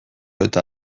eta